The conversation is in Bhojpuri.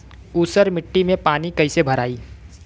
ऊसर मिट्टी में पानी कईसे भराई?